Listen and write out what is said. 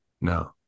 No